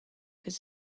his